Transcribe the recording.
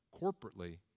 corporately